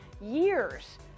years